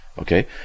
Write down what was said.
Okay